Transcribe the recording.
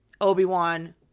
Obi-Wan